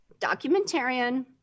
documentarian